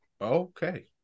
okay